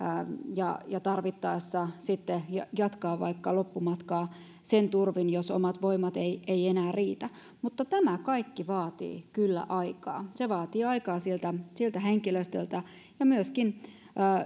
ja ja tarvittaessa voi sitten vaikka jatkaa loppumatkaa sen turvin jos omat voimat eivät enää riitä mutta tämä kaikki vaatii kyllä aikaa se vaatii aikaa henkilöstöltä ja